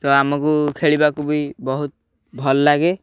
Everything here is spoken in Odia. ତ ଆମକୁ ଖେଳିବାକୁ ବି ବହୁତ ଭଲ ଲାଗେ